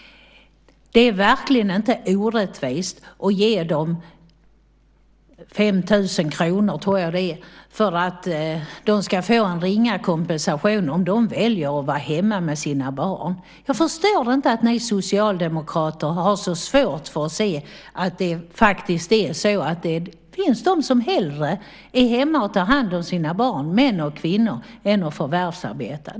Det är verkligen inte orättvist att ge dem 5 000 kr, tror jag det är, för att de ska få en ringa kompensation om de väljer att vara hemma med sina barn. Jag förstår inte att ni socialdemokrater har så svårt att se att det finns män och kvinnor som hellre är hemma och tar hand om sina barn än förvärvsarbetar.